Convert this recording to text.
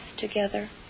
together